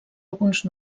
alguns